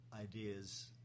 ideas